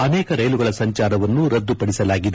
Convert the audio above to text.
ಅನೇಕ ರೈಲುಗಳ ಸಂಚಾರವನ್ನು ರದ್ದುಪಡಿಸಲಾಗಿದೆ